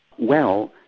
well,